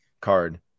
card